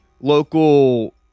local